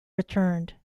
returned